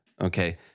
Okay